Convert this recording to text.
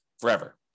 forever